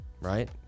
right